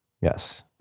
Yes